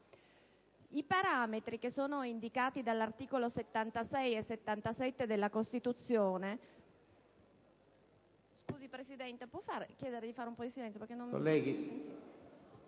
I parametri indicati dagli articoli 76 e 77 della Costituzione...